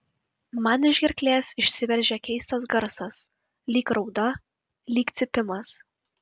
man iš gerklės išsiveržia keistas garsas lyg rauda lyg cypimas